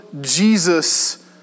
Jesus